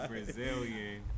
Brazilian